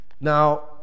Now